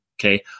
okay